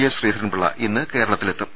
S Sree Dharanpillai ഇന്ന് കേരളത്തിലെത്തും